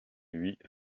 huit